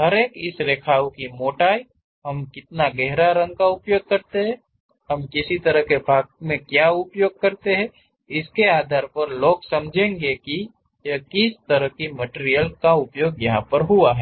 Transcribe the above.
हर एक इस रेखा की मोटाई हम कितना गहरा रंग क उपयोग करते हैं हम किस तरह के भागों का उपयोग करते हैं इसके आधार पर लोग समझेंगे कि यह किस तरह की मटिरियल है